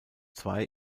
zwei